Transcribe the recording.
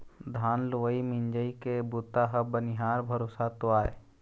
धान लुवई मिंजई के बूता ह बनिहार भरोसा तो आय